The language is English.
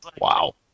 Wow